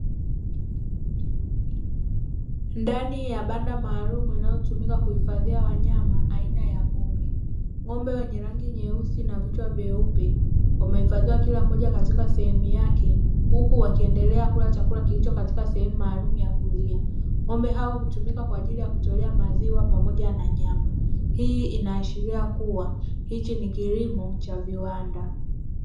Ndani ya banda maalumu linalotumika kuhifadhia wanyama aina ya ng'ombe, ng'ombe wenye rangi nyeusi na vichwa vyeupe wamehifadhiwa kila mmoja katika sehemu yake, huku wakiendelea kula chakula kilicho katika sehemu maalumu ya kulia. Ng'ombe hao hutumika kwa ajili ya kutolea maziwa pamoja na nyama. Hii inaashiria kuwa, hichi ni kilimo cha viwanda.